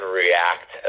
react